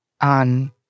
on